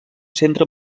centre